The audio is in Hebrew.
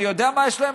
אני יודע מה יש להם,